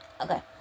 Okay